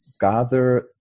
gather